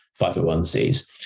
501Cs